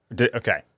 Okay